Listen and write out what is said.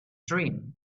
dream